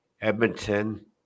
Edmonton